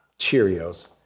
Cheerios